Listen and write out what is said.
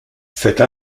cette